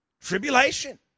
tribulation